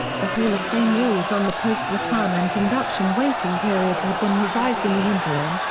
the hall of fame rules on the post-retirement induction waiting period had been revised in the interim,